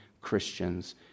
Christians